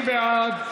מי בעד?